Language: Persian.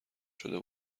شده